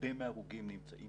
הרבה מההרוגים נמצאים